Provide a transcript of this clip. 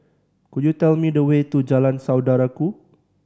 could you tell me the way to Jalan Saudara Ku